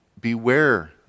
beware